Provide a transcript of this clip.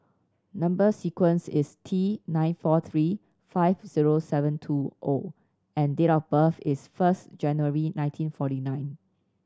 number sequence is T nine four three five zero seven two O and date of birth is first January nineteen forty nine